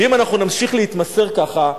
ואם אנחנו נמשיך להתמסר כך,